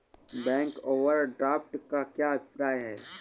Bank overdraft का क्या अभिप्राय है?